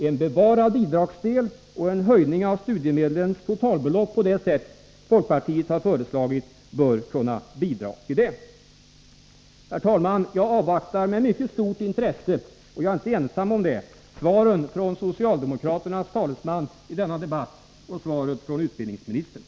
En bevarad bidragsdel och en höjning av studiemedlens totalbelopp på det sätt folkpartiet föreslagit bör kunna bidra till det. Herr talman! Jag avvaktar med mycket stort intresse — och jag är inte ensam om det — svaren från utbildningsministern och från socialdemokraternas talesman i denna debatt.